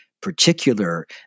particular